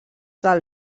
del